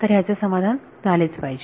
तर ह्याचे समाधान झालेच पाहिजे